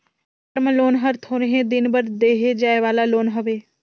term loan हर थोरहें दिन बर देहे जाए वाला लोन हवे